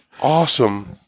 awesome